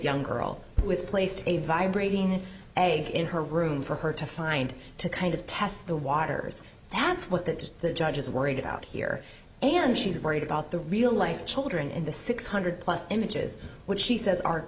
young girl was placed a vibrating egg in her room for her to find to kind of test the waters that's what the judge is worried about here and she's worried about the real life children in the six hundred plus images which she says are